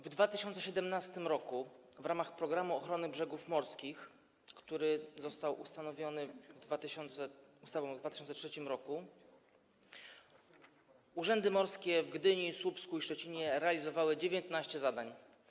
W 2017 r. w ramach „Programu ochrony brzegów morskich”, który został ustanowiony ustawą z 2003 r., urzędy morskie w Gdyni, Słupsku i Szczecinie realizowały 19 zadań.